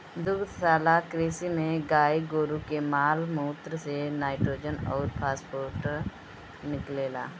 दुग्धशाला कृषि में गाई गोरु के माल मूत्र से नाइट्रोजन अउर फॉस्फोरस निकलेला